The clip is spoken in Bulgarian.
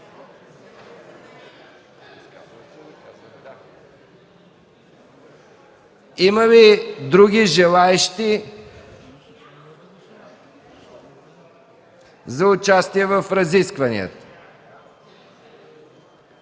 Има ли други желаещи за участие в разискванията?